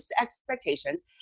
expectations